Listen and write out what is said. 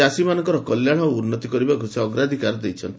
ଚାଷୀମାନଙ୍କର କଲ୍ୟାଣ ଓ ଉନ୍ନତି କରିବାକୁ ସେ ଅଗ୍ରାଧିକାର ଦେଇଛନ୍ତି